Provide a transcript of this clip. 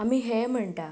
आमी हे म्हणटा